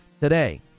today